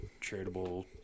charitable